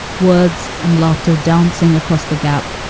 words and laughter dancing across the gap.